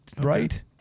Right